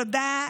תודה.